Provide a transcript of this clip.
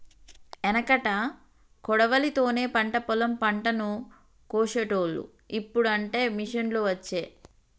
ఎనుకట కొడవలి తోనే పంట పొలం పంటను కోశేటోళ్లు, ఇప్పుడు అంటే మిషిండ్లు వచ్చే